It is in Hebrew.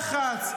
מה הלחץ?